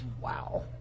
Wow